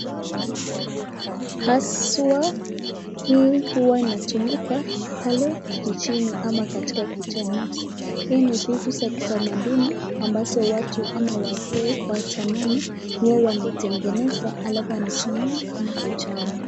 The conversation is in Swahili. Haswa hii huwa inatumika pale kijijini ama katika kijamii, hii ni vitu za kitamaduni ambazo watu ama wazee wa zamani huwa wanaitengeneza halafu wanatumia kama uchawi.